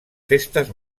festes